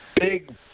Big